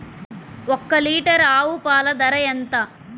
ఒక్క లీటర్ ఆవు పాల ధర ఎంత?